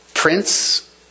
Prince